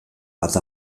bat